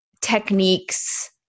techniques